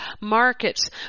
markets